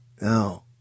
no